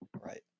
Right